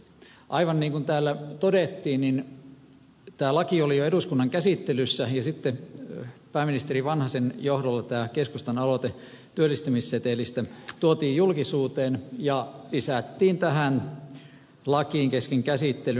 aivan niin kuin täällä todettiin tämä laki oli jo eduskunnan käsittelyssä ja sitten pääministeri vanhasen johdolla tämä keskustan aloite työllistämissetelistä tuotiin julkisuuteen ja lisättiin tähän lakiin kesken käsittelyn